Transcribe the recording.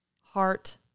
heart